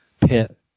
pit